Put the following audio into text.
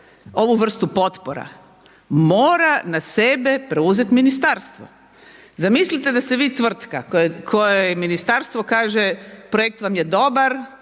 ovu vrstu potpora, mora na sebe preuzeti ministarstvo. Zamislite da ste vi tvrtka kojoj ministarstvo kaže projekt vam je dobar,